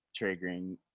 triggering